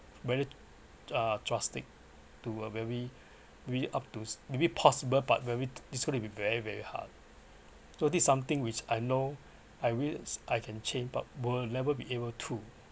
very uh drastic to a very very up to maybe possible but very it’s going to be very very hard so this is something which I know I wish I can change but will never be able to